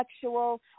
sexual